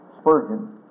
Spurgeon